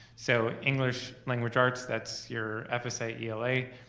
so english, language arts, that's your fsa ela.